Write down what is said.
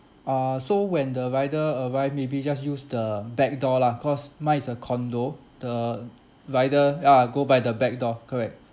uh so when the rider arrive maybe just use the back door lah cause mine is a condo the rider ya go by the back door correct